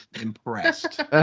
impressed